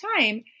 time